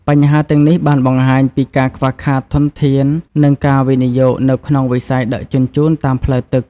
បញ្ហាទាំងនេះបានបង្ហាញពីការខ្វះខាតធនធាននិងការវិនិយោគនៅក្នុងវិស័យដឹកជញ្ជូនតាមផ្លូវទឹក។